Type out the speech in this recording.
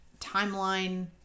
Timeline